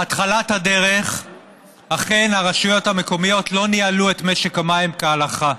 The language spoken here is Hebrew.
בהתחלת הדרך אכן הרשויות המקומיות לא ניהלו את משק המים כהלכה.